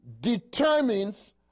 determines